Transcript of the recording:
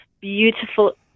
beautiful